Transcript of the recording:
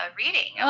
reading